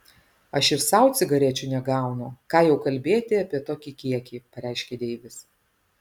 aš ir sau cigarečių negaunu ką jau kalbėti apie tokį kiekį pareiškė deivis